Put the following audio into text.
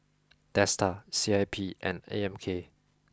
Dsta C I P and A M K